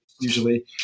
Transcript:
usually